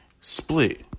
Split